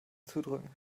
zudrücken